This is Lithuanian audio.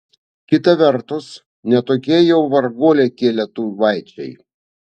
kita vertus ne tokie jau varguoliai tie lietuvaičiai